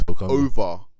Over